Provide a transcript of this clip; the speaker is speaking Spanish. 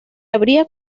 había